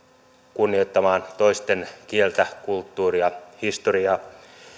kunnioittamaan toisten kieltä kulttuuria historiaa